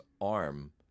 arm